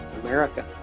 America